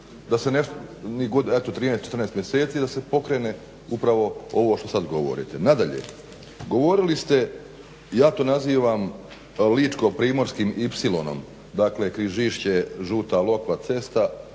dana, ni godinu, eto 13-14 mjeseci da se pokrene upravo ovo što sad govorite. Nadalje, govorili ste, ja to nazivam ličko-primorskim ipsilonom, dakle Križišće-Žuta Lokva cesta,